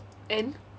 and